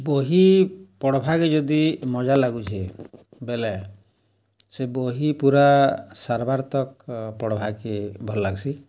ବହି ପଢ଼୍ବାକେ ଯଦି ମଜା ଲାଗୁଛେ ବେଲେ ସେ ବହି ପୁରା ସାର୍ବାର୍ ତକ୍ ପଢ଼୍ବାକେ ଭଲ୍ ଲାଗ୍ସି